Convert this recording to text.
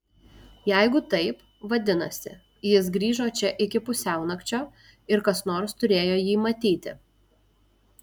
jeigu taip vadinasi jis grįžo čia iki pusiaunakčio ir kas nors turėjo jį matyti